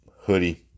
hoodie